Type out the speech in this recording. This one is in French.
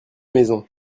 maisons